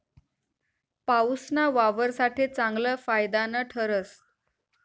पाऊसना वावर साठे चांगलं फायदानं ठरस